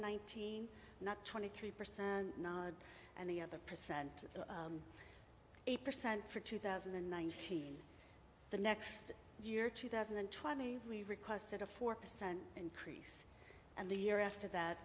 nineteen not twenty three percent and the other percent eight percent for two thousand and nineteen the next year two thousand and twenty we requested a four percent increase and the year after that